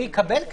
הוא יקבל קנס.